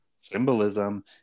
Symbolism